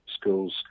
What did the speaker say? schools